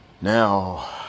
Now